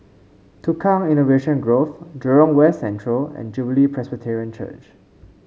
Tukang Innovation Grove Jurong West Central and Jubilee Presbyterian Church